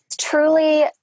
truly